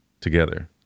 together